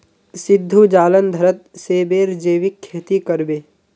सिद्धू जालंधरत सेबेर जैविक खेती कर बे